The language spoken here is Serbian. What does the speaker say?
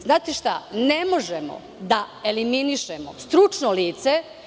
Znate šta, ne možemo da eliminišemo stručno lice.